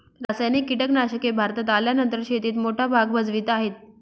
रासायनिक कीटनाशके भारतात आल्यानंतर शेतीत मोठा भाग भजवीत आहे